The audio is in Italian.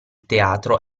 teatro